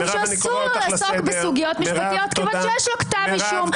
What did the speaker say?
שאסור לו לעסוק בסוגיות משפטיות כיוון שיש לו כתב אישום.